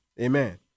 Amen